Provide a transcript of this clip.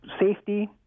safety